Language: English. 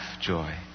joy